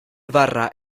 ibarra